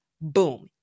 Boom